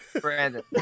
Brandon